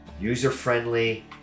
user-friendly